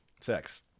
sex